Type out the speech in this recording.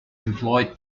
employed